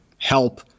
Help